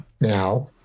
now